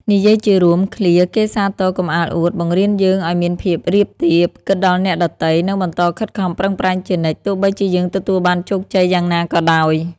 និយាយជារួម ឃ្លា "គេសាទរកុំអាលអួត" បង្រៀនយើងឱ្យមានភាពរាបទាប គិតដល់អ្នកដទៃ និងបន្តខិតខំប្រឹងប្រែងជានិច្ច ទោះបីជាយើងទទួលបានជោគជ័យយ៉ាងណាក៏ដោយ។